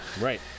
right